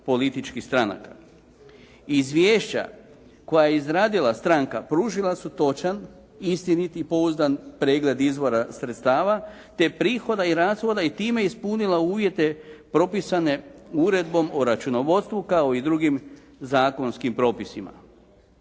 političkih stranaka. Izvješća koja je izradila stranka pružila su točan, istinit i pouzdan pregled izvora sredstava, te prihoda i rashoda i time ispunila uvjete propisane Uredbom o računovodstvu kao i drugim zakonskim propisima.